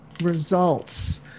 results